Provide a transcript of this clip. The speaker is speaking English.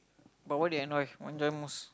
but what you enjoy enjoy most